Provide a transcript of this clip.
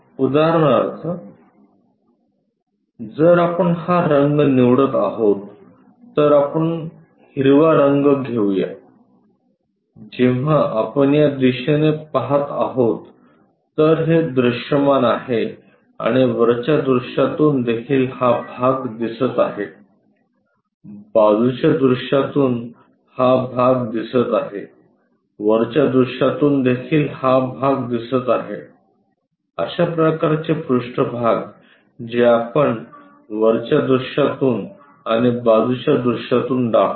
उदाहरणार्थ जर आपण हा रंग निवडत आहोत तर आपण हिरवा रंग घेऊ या जेव्हा आपण या दिशेने पहात आहोत तर हे दृश्यमान आहे आणि वरच्या दृश्यातून देखील हा भाग दिसत आहे बाजूच्या दृश्यातून हा भाग दिसत आहे वरच्या दृश्यातून देखील हा भाग दिसत आहे अशा प्रकारचे पृष्ठभाग जे आपण वरच्या दृश्यातून आणि बाजूच्या दृश्यातून दाखवतो